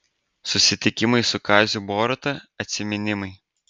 susitikimai su kaziu boruta atsiminimai